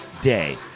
day